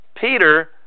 Peter